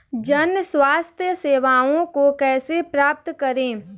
जन स्वास्थ्य सेवाओं को कैसे प्राप्त करें?